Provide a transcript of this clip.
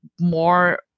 more